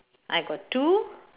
I got two